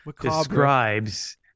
describes